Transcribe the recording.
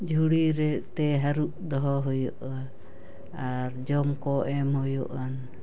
ᱡᱷᱩᱲᱤ ᱨᱮ ᱛᱮ ᱦᱟᱹᱨᱩᱵ ᱫᱚᱦᱚ ᱦᱩᱭᱩᱜᱼᱟ ᱟᱨ ᱡᱚᱢ ᱠᱚ ᱮᱢ ᱦᱩᱭᱩᱜᱼᱟ